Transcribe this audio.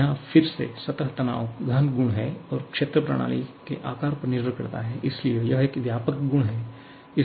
यहां फिर से सतह तनाव गहन गुण है और क्षेत्र प्रणाली के आकार पर निर्भर करता है इसलिए यह एक व्यापक गुण है